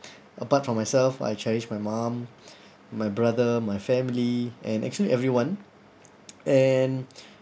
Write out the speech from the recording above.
apart from myself I cherish my mum my brother my family and actually everyone and